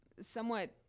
somewhat